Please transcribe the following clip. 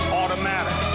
automatic